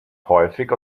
häufig